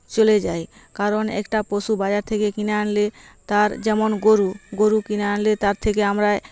চলে যায় কারণ একটা পশু বাজার থেকে কিনে আনলে তার যেমন গরু গরু কিনে আনলে তার থেকে আমরা